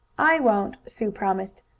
i won't, sue promised.